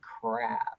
crap